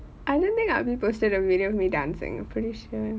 I didn't think I'll be posted a video of me dancing I'm pretty sure